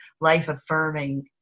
life-affirming